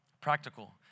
practical